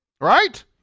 right